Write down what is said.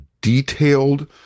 detailed